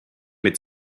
mit